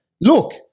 Look